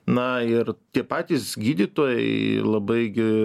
na ir tie patys gydytojai labai gi